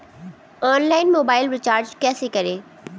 Online mobile recharge कैसे करें?